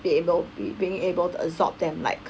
being abl~ being able to absorb them like